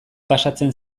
pasatzen